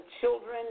children